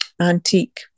antique